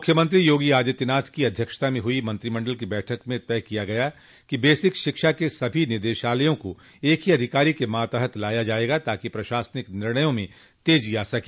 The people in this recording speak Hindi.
मुख्यमंत्री योगी आदित्यनाथ की अध्यक्षता में हुई मंत्रिमंडल की बैठक में यह तय किया गया कि बेसिक शिक्षा के सभी निदेशालयों को एक ही अधिकारी के मातहत लाया जायेगा ताकि प्रशासनिक निर्णयों में तेजी आ सके